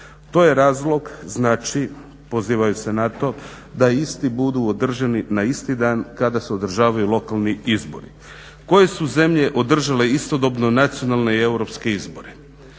To je razlog, znači pozivaju se na to da isti budu održani na isti dan kada se održavaju lokalni izbori. Koje su zemlje održale istodobno nacionalne i europske izbore?